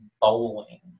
bowling